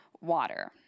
water